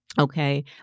Okay